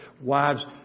Wives